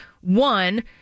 One